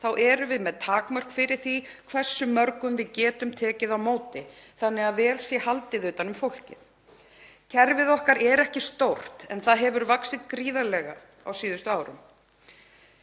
Þá erum við með takmörk fyrir því hversu mörgum við getum tekið á móti þannig að vel sé haldið utan um fólkið. Kerfið okkar er ekki stórt en það hefur vaxið gríðarlega á síðustu árum.